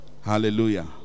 hallelujah